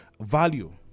value